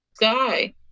Guy